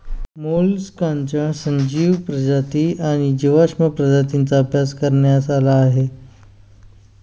मोलस्काच्या सजीव प्रजाती आणि जीवाश्म प्रजातींचा अभ्यास करण्यात आला आहे